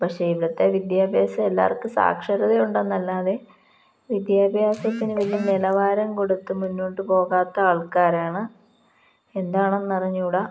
പക്ഷേ ഇവിടുത്തെ വിദ്യാഭ്യാസം എല്ലാവർക്കും സാക്ഷരത ഉണ്ടെന്നല്ലാതെ വിദ്യാഭ്യാസത്തിനു വലിയ നിലവാരം കൊടുത്തു മുന്നോട്ടു പോകാത്ത ആൾക്കാരാണ് എന്താണന്നറിഞ്ഞുകൂടാ